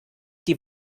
die